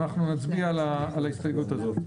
אנחנו נצביע על ההסתייגות הזאת.